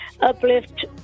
uplift